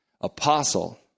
apostle